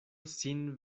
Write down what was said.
sin